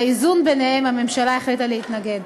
באיזון ביניהם, הממשלה החליטה להתנגד.